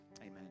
Amen